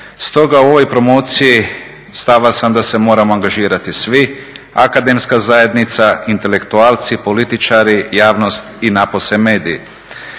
Stoga u ovoj promociji stava sam da se moramo angažirati svi, akademska zajednica, intelektualci, političari, javnost i napose mediji.